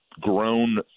grown